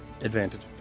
Advantage